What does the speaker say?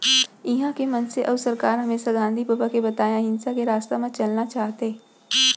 इहॉं के मनसे अउ सरकार हमेसा गांधी बबा के बताए अहिंसा के रस्ता म चलना चाहथें